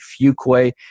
Fuquay